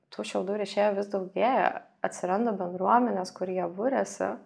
tų šiaudų rišėjų vis daugėja atsiranda bendruomenės kur jie buriasi